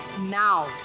Now